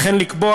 וכן לקבוע,